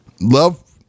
love